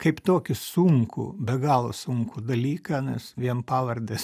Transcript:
kaip tokį sunkų be galo sunkų dalyką nes vien pavardės